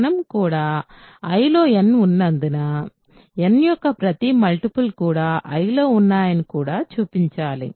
మనం కూడా Iలో n ఉన్నందున n యొక్క ప్రతి మల్టిపుల్ కూడా I లో ఉన్నాయని కూడా చూపించాలి